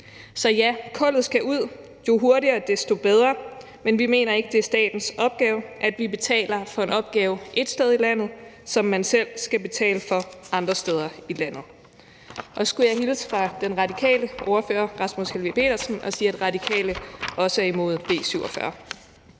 Så ja, kullet skal ud – jo hurtigere, desto bedre – men vi mener ikke, at det er statens opgave at betale for en opgave et sted i landet, som man selv skal betale for andre steder i landet. Og så skulle jeg hilse fra den radikale ordfører, Rasmus Helveg Petersen, og sige, at Radikale Venstre også er imod B 47.